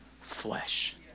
flesh